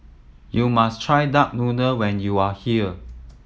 you must try duck noodle when you are here